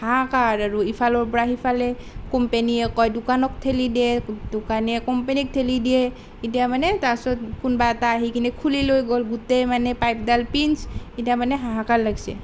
হাহাকাৰ আৰু ইফালৰ পৰা সিফালে কোম্পানীয়ে কয় দোকানক ঠেলি দিয়ে দোকানীয়ে কোম্পানীক ঠেলি দিয়ে এতিয়া মানে তাৰ পিছত কোনোবা এটা আহি কিনে খুলি লৈ গ'ল গোটেই মানে পাইপডাল পিঞ্চ এতিয়া মানে হাহাকাৰ লাগিছে